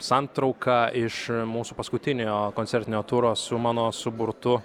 santrauka iš mūsų paskutinio koncertinio turo su mano suburtu